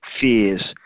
fears